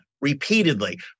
repeatedly